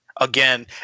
again